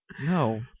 No